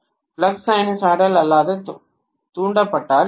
flux sinusoidal அல்லாத தூண்டப்பட்டால் E